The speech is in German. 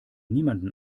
niemanden